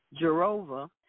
Jarova